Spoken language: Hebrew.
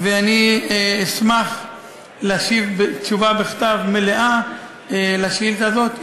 ואשמח להשיב תשובה מלאה בכתב על השאילתה הזאת,